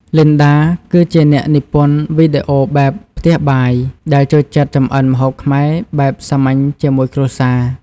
លីនដា គឺជាអ្នកនិពន្ធវីដេអូបែបផ្ទះបាយ ដែលចូលចិត្តចម្អិនម្ហូបខ្មែរបែបសាមញ្ញជាមួយគ្រួសារ។